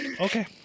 Okay